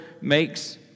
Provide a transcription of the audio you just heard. makes